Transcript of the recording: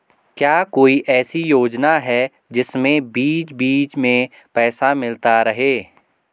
क्या कोई ऐसी योजना है जिसमें बीच बीच में पैसा मिलता रहे?